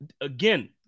Again